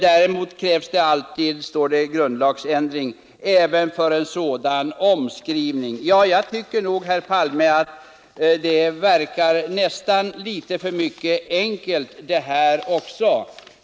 Däremot krävs det alltid grundlagsändring även för en sådan omskrivning, ———.” Det verkar litet för enkelt det här också.